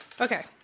okay